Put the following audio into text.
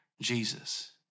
Jesus